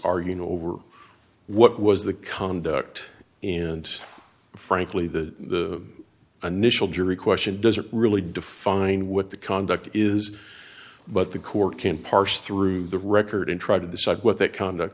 arguing over what was the conduct and frankly the initial jury question doesn't really define what the conduct is but the court can parse through the record and try to decide what that conduct